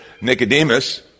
Nicodemus